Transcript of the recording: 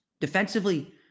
Defensively